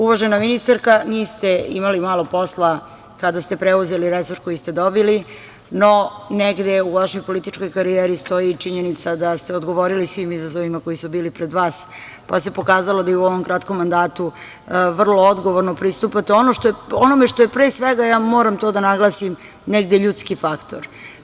Uvažena ministarka, niste imali malo posla kada ste preuzeli resor koji ste dobili, no negde u vašoj političkoj karijeri stoji činjenica da ste odgovorili svim izazovima koji su bili pred vas, pa se pokazalo da i u ovom kratkom mandatu vrlo odgovorno pristupate onome što je, pre svega, ljudski faktor.